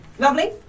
Lovely